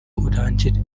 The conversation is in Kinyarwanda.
urangire